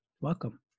Welcome